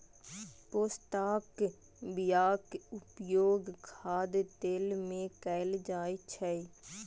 पोस्ताक बियाक उपयोग खाद्य तेल मे कैल जाइ छै